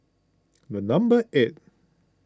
the number eight